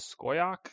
Skoyak